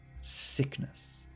sickness